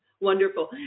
Wonderful